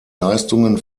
leistungen